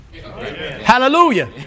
Hallelujah